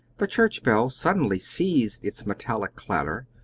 the church-bell suddenly ceased its metallic clatter,